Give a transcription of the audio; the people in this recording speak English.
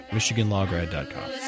MichiganLawGrad.com